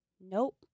Nope